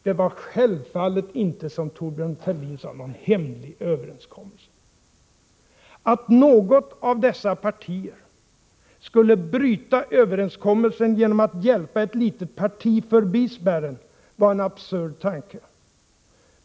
Det var självfallet inte, som Thorbjörn Fälldin sade, någon hemlig överenskommelse. Att något av dessa partier skulle bryta överenskommelsen genom att hjälpa ett litet parti förbi spärren var en absurd tanke.